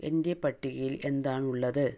എന്റെ പട്ടികയിൽ എന്താണുള്ളത്